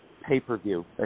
pay-per-view